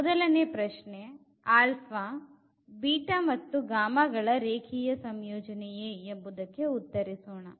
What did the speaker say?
ಮೊದಲನೇ ಪ್ರಶ್ನೆ ಗಳ ರೇಖೀಯ ಸಂಯೋಜನೆಯೇ ಎಂಬುದಕ್ಕೆ ಉತ್ತರಿಸೋಣ